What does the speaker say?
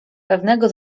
pewnego